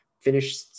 finish